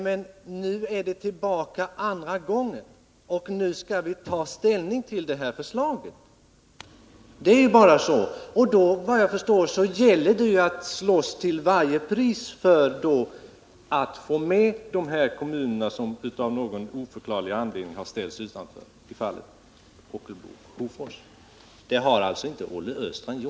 Men nu är förslaget tillbaka för andra gången, och nu skall vi ta ställning till det. Det gäller vad jag förstår att till varje pris slåss för att få med dessa kommuner som av någon oförklarlig anledning ställts utanför. Det gör alltså inte Olle Östrand.